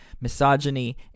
misogyny